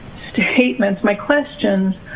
statements, my questions,